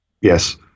yes